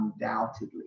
undoubtedly